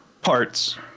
parts